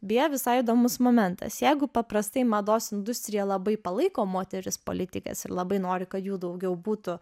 beje visai įdomus momentas jeigu paprastai mados industrija labai palaiko moteris politikes ir labai nori kad jų daugiau būtų